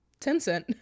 Tencent